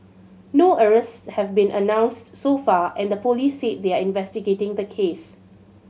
no arrests have been announced so far and the police said they are investigating the case